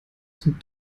zum